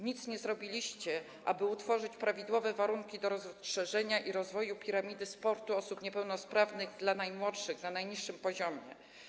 Nic nie zrobiliście, aby stworzyć prawidłowe warunki do rozszerzenia i rozwoju piramidy sportu osób niepełnosprawnych dla najmłodszych, na najniższym poziomie.